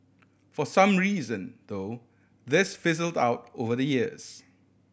for some reason though this fizzled out over the years